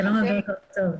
שלום ובוקר טוב.